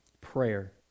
Prayer